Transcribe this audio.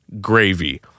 gravy